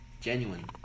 genuine